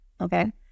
okay